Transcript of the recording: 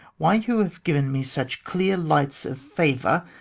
why you have given me such clear lights of favour,